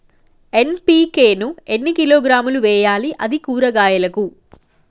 NPK ని ఎన్ని కిలోగ్రాములు వెయ్యాలి? అది కూరగాయలకు?